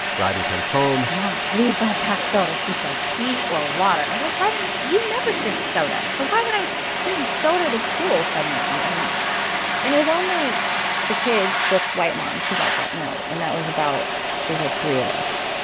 rieden comes home mom, please don't pack soda. she said tea or water. i'd be like, rieden, you never drink soda, so why would i send you soda to school suddenly? and and it was only the kids with white moms who got that note. and that was about there was, like, three of us.